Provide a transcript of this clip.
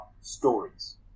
stories